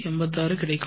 86 கிடைக்கும்